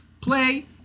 play